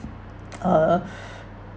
uh